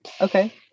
Okay